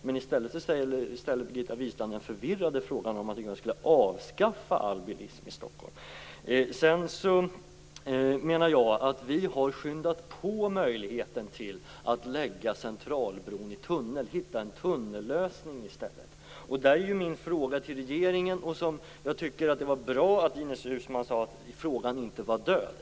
Men i stället ställer Birgitta Wistrand den förvirrade frågan om ifall vi skall avskaffa all bilism i Stockholm. Jag menar att vi har skyndat på möjligheten att lägga Centralbron i tunnel, att i stället hitta en tunnellösning. Jag tycker att det är bra att Ines Uusmann sade att frågan inte är död.